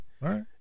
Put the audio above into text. right